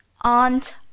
Aunt